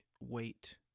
weight